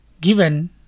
given